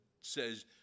says